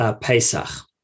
Pesach